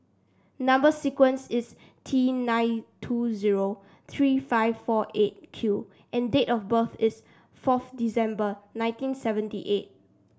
number sequence is T nine two zero three five four Eight Q and date of birth is fourth December nineteen seventy eight